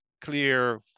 clear